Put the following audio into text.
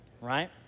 right